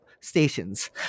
stations